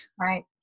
Right